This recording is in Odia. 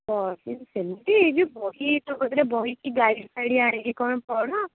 ବହି ସେମିତି ଏଇ ଯେଉଁ ବହି ପ୍ରକୃତରେ ବହି କି ଗାଇଡ଼୍ ଫାଇଡ଼୍ ଆଣିକି କ'ଣ ପଢ଼